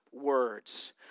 words